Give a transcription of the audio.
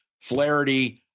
Flaherty